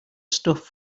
stuff